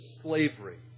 slavery